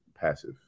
passive